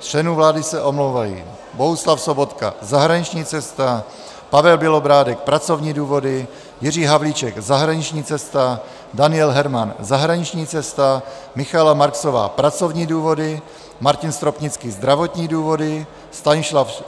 Z členů vlády se omlouvají: Bohuslav Sobotka zahraniční cesta, Pavel Bělobrádek pracovní důvody, Jiří Havlíček zahraniční cesta, Daniel Herman zahraniční cesta, Michaela Marksová pracovní důvody, Martin Stropnický zdravotní důvody,